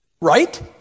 Right